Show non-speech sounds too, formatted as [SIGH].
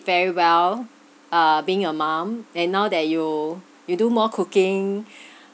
very well ah being a mum and now that you you do more cooking [BREATH]